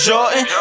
Jordan